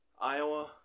Iowa